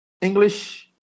English